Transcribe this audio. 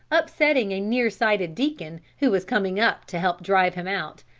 upsetting a near-sighted deacon who was coming up to help drive him out,